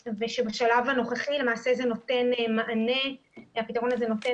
ושבשלב הנוכחי למעשה הפתרון הפרשני הזה נותן